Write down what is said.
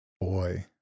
Boy